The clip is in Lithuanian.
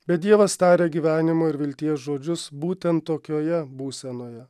bet dievas taria gyvenimo ir vilties žodžius būtent tokioje būsenoje